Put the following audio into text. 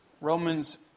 Romans